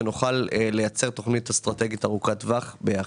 ונוכל לייצר תכנית אסטרטגית ארוכת טווח יחד.